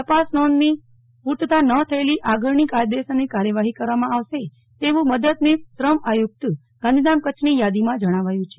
તપાસ નોંધની પૂર્તતા ન થયેથી આગળની કાયદેસરની કાર્યવાહી કરવામાં આવશે તેવું મદદનીશ શ્રમ આયુક્ત ગાંધીધામ કચ્છની યાદીમાં જણાવાયું છે